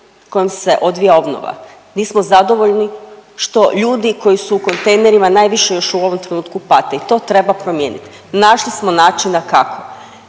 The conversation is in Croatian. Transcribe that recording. kojom se odvija obnova, nismo zadovoljni što ljudi koji su u kontejnerima najviše još u ovom trenutku pate i to treba promijeniti, našli smo načina kako.